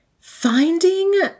finding